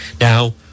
Now